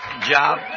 job